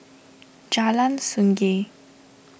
Jalan Sungei